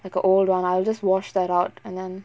got old [one] I'll just wash that out and then